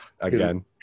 again